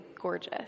gorgeous